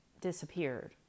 disappeared